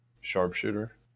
Sharpshooter